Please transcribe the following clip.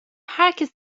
herkes